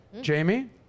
Jamie